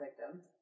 victims